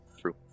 True